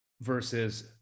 versus